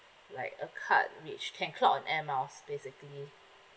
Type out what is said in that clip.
like a card which can clock on air miles basically